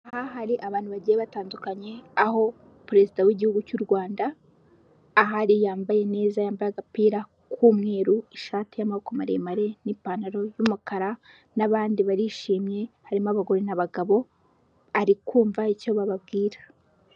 Aha hari abantu bagiye batandukanye aho perezida w'igihugu cy'u Rwanda ahari, yambaye neza, yambaye agapira k'umweru, ishati y'amaboko maremare n'ipantaro y'umukara n'abandi barishimye, harimo abagore n'abagabo arikumva icyo bababwira.